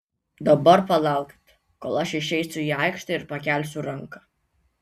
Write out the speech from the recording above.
dabar palaukit kol aš išeisiu į aikštę ir pakelsiu ranką